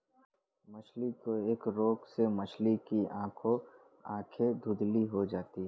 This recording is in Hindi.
मछली के एक रोग से मछली की आंखें धुंधली हो जाती है